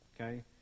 okay